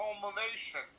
culmination